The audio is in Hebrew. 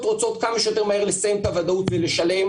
רוצות כמה שיותר מהר לסיים את אי הוודאות ולשלם,